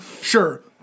sure